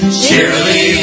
cheerily